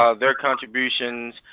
ah their contributions,